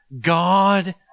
God